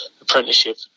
apprenticeship